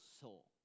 soul